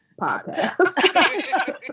podcast